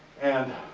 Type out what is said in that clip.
and,